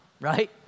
right